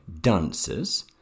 dancers